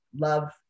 love